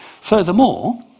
Furthermore